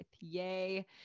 Yay